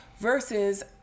versus